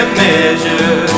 measure